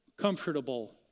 comfortable